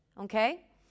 okay